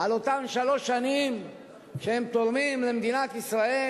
על אותן שלוש שנים שהם תורמים למדינת ישראל,